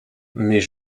mais